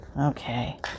Okay